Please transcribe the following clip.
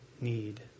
need